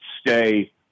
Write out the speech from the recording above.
stay